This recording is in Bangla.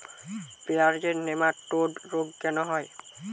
পেঁয়াজের নেমাটোড রোগ কেন হয়?